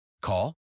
Call